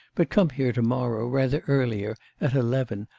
but come here to-morrow rather earlier, at eleven.